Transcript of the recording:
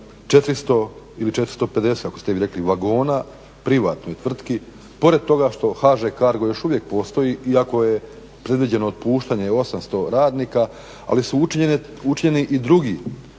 400 ili 450 kako ste vi rekli vagona privatnoj tvrtki, pored toga što HŽ-Cargo još uvijek postoji iako je predviđeno otpuštanje 800 radnika, ali su učinjeni i drugi